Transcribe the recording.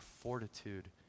fortitude